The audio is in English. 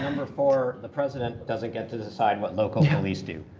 number four, the president doesn't get to decide what local police do.